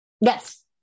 yes